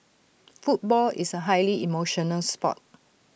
football is A highly emotional Sport